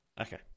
Okay